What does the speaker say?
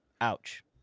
Ouch